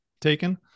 taken